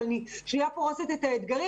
אבל אני פורסת קודם את האתגרים.